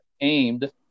aimed